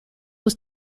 was